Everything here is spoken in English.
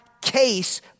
case